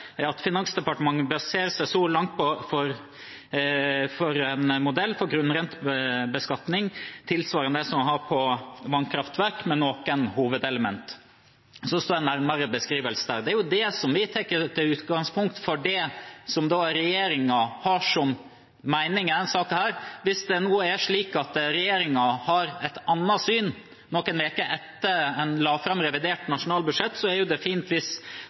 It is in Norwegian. at Finansdepartementet så langt baserer seg på en modell for grunnrentebeskatning tilsvarende det en har på vannkraftverk, med noen hovedelement. Det står en nærmere beskrivelse der. Det er det vi tar som utgangspunkt, det som regjeringen har som mening i denne saken. Hvis det er slik at regjeringen har et annet syn nå noen uker etter at en la fram revidert nasjonalbudsjett, er det fint hvis